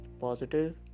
positive